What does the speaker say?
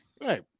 right